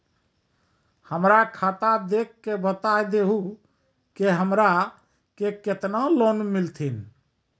हमरा खाता देख के बता देहु के हमरा के केतना लोन मिलथिन?